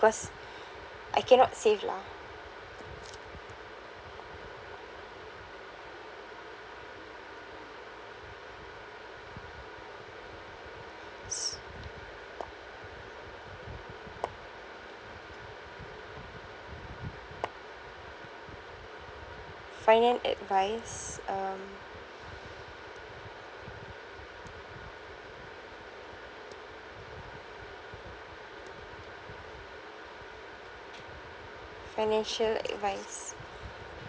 cause I cannot save lah s~ finance advice um financial advice